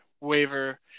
waiver